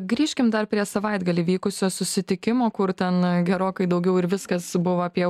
grįžkim dar prie savaitgalį vykusio susitikimo kur ten gerokai daugiau ir viskas buvo apie